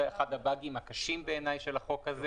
שזה אחד הבאגים הקשים של החוק הזה,